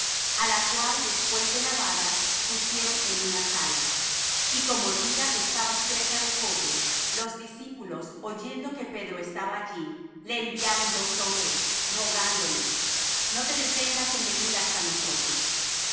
á la cual después de lavada pusieron en una sala y como lydda estaba cerca de joppe los discípulos oyendo que pedro estaba allí le enviaron dos hombres rogándole no te detengas en venir hasta nosotros